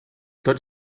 tots